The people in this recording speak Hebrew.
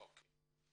אוקיי.